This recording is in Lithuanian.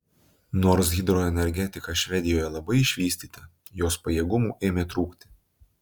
nors hidroenergetika švedijoje labai išvystyta jos pajėgumų ėmė trūkti